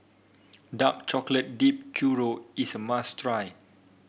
Dark Chocolate Dipped Churro is a must try